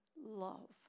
love